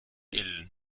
ilm